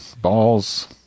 balls